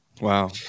Wow